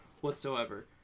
whatsoever